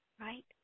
right